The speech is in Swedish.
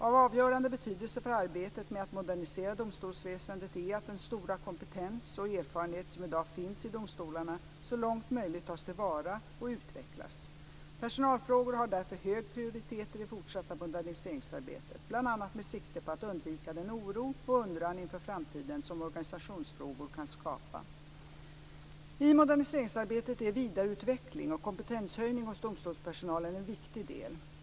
Av avgörande betydelse för arbetet med att modernisera domstolsväsendet är att den stora kompetens och erfarenhet som i dag finns i domstolarna så långt som möjligt tas till vara och utvecklas. Personalfrågor har därför hög prioritet i det fortsatta moderniseringsarbetet, bl.a. med sikte på att undvika den oro och undran inför framtiden som organisationsfrågor kan skapa. I moderniseringsarbetet är vidareutveckling och kompetenshöjning hos domstolspersonalen en viktig del.